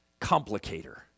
complicator